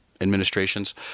administrations